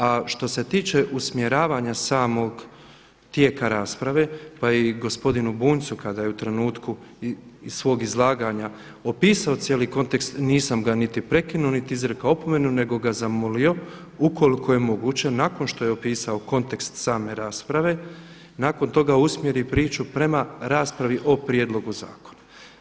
A što se tiče usmjeravanja samog tijeka rasprave pa i gospodinu Bunjcu kada je u trenutku svog izlaganja opisao cijeli kontekst nisam ga niti prekinuo niti izrekao opomenu nego ga zamolio ukoliko je moguće, nakon što je opisao kontekst same rasprave, nakon toga usmjeri priču prema raspravi o prijedlogu zakona.